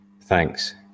Thanks